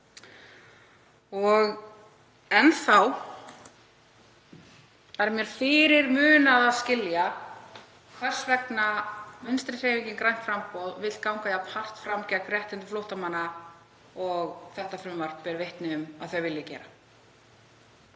enn er mér fyrirmunað að skilja hvers vegna Vinstrihreyfingin – grænt framboð vill ganga jafn hart fram gegna réttindum flóttamanna og þetta frumvarp ber vitni um. Mögulega er